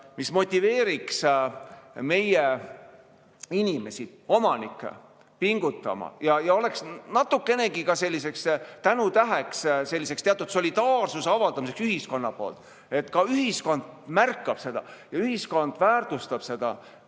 mis motiveeriks meie inimesi, omanikke pingutama. See oleks ka selliseks tänutäheks, teatud solidaarsuse avaldamiseks ühiskonna poolt, et ühiskond märkab seda, ühiskond väärtustab seda